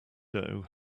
doe